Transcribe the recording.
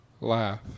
Laugh